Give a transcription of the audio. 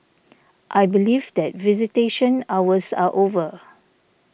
I believe that visitation hours are over